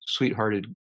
sweethearted